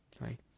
right